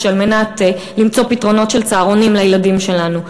כדי למצוא פתרונות של צהרונים לילדים שלנו.